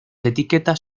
etiquetas